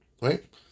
Right